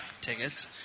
tickets